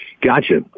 Gotcha